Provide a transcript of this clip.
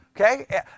Okay